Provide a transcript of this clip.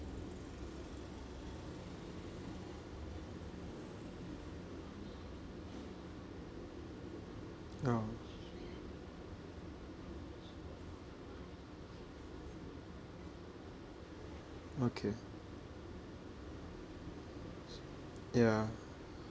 oh okay ya